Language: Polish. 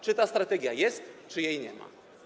Czy ta strategia jest, czy jej nie ma?